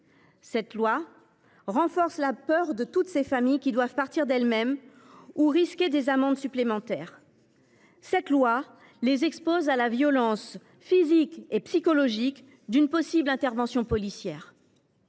Ce texte renforce la peur de toutes ces familles, qui doivent partir d’elles mêmes ou risquer des amendes supplémentaires, et les expose à la violence physique et psychologique d’une possible intervention policière.